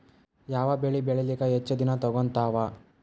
ಯಾವದ ಬೆಳಿ ಬೇಳಿಲಾಕ ಹೆಚ್ಚ ದಿನಾ ತೋಗತ್ತಾವ?